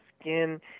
skin